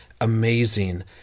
amazing